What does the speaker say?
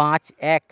পাঁচ এক